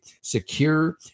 secure